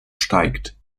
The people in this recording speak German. steigt